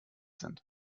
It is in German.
sind